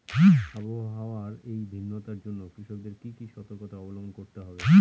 আবহাওয়ার এই ভিন্নতার জন্য কৃষকদের কি কি সর্তকতা অবলম্বন করতে হবে?